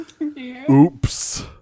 Oops